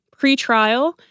pretrial